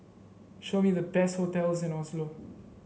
show me the best hotels in Oslo